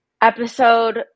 Episode